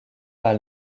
par